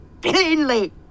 Plainly